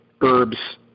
herbs